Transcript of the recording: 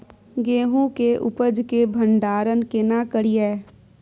गेहूं के उपज के भंडारन केना करियै?